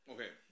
Okay